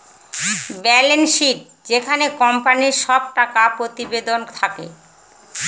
balance sheet যেটাতে কোম্পানির সব টাকা প্রতিবেদন থাকে